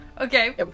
Okay